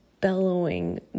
bellowing